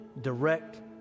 direct